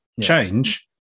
Change